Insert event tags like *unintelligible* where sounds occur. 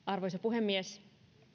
*unintelligible* arvoisa puhemies